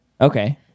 Okay